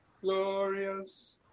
Glorious